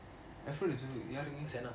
alfredo you have to mix